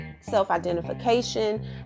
self-identification